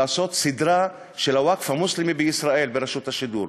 לעשות סדרה על הווקף המוסלמי בישראל ברשות השידור.